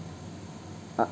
ah